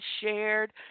shared